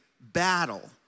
battle